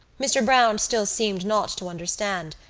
mr. browne still seemed not to understand.